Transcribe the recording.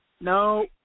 No